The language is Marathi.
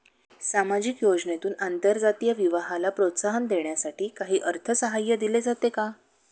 सामाजिक योजनेतून आंतरजातीय विवाहाला प्रोत्साहन देण्यासाठी काही अर्थसहाय्य दिले जाते का?